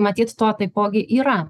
matyt to taipogi yra